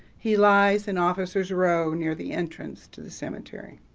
he lies in officers' row near the entrance to the cemetery.